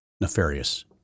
nefarious